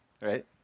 Right